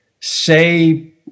say